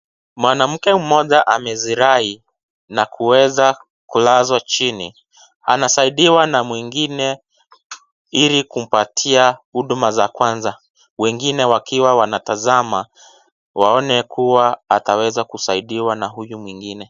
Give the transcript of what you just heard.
Mwanamke mmoja, amezirai na kuweza kulazwa chini. Anasaidiwa na mwingine ili kumpatia huduma za kwanza. Wengine wakiwa wanatazama, waone kuwa ataweza kusaidiwa na huyo mwingine.